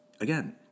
again